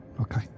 Okay